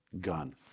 gun